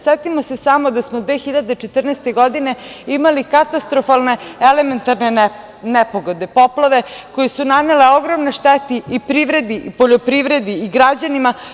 Setimo se samo da smo 2014. godine imali katastrofalne elementarne nepogode, poplave koje su nanele ogromnu štetu i privredi, i poljoprivredi, i građanima.